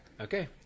Okay